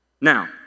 Now